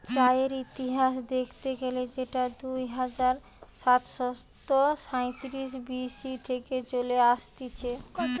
চায়ের ইতিহাস দেখতে গেলে সেটা দুই হাজার সাতশ সাইতিরিশ বি.সি থেকে চলে আসতিছে